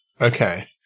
Okay